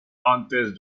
antes